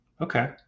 Okay